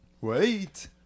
Wait